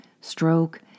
stroke